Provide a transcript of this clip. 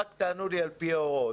רק תענו לי על פי ההוראות.